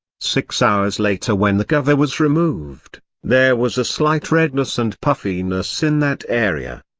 six hours later when the cover was removed, there was a slight redness and puffiness in that area.